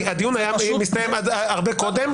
הדיון היה מסתיים הרבה קודם.